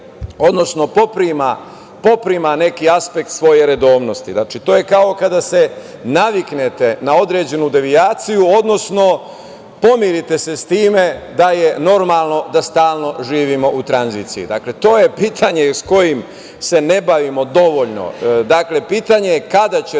traje poprima neki aspekt svoje redovnosti. Znači, to je kao kada se naviknete na određenu devijaciju, odnosno pomirite se sa time da je normalno da stalno živimo u tranziciji. Dakle, to je pitanje sa kojim se ne bavimo dovoljno. Dakle, pitanje kada će